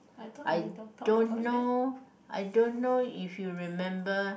I don't know I don't know if you remember